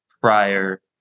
prior